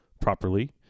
properly